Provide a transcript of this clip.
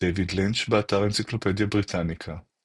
דייוויד לינץ', באתר אנציקלופדיה בריטניקה ==